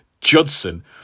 Judson